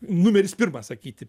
numeris pirmas sakyti